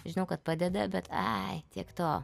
žinau kad padeda bet ai tiek to